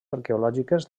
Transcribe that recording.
arqueològiques